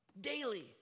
Daily